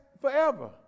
forever